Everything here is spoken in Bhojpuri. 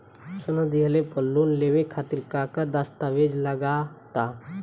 सोना दिहले पर लोन लेवे खातिर का का दस्तावेज लागा ता?